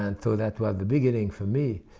and so that was the beginning for me.